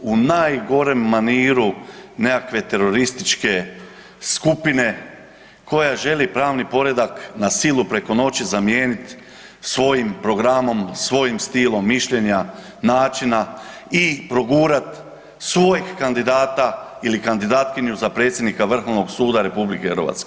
u najgorem maniru nekakve terorističke skupina koja želi pravni poredak na silu preko noći zamijenit svojim programom, svojim stilom mišljenja, načina i progurat svojeg kandidata ili kandidatkinju za predsjednika Vrhovnog suda RH.